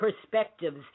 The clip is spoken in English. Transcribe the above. perspectives